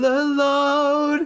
alone